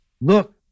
Look